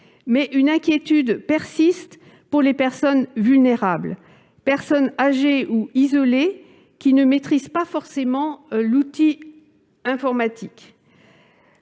Une inquiétude persiste toutefois pour les personnes vulnérables, âgées ou isolées, qui ne maîtrisent pas forcément l'outil informatique.